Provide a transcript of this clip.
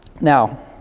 Now